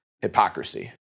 hypocrisy